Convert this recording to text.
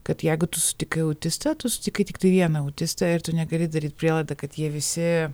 kad jeigu tu sutikai autistą tu sutikai tiktai vieną autistą ir tu negali daryt prielaidą kad jie visi